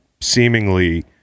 seemingly